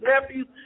nephews